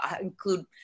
include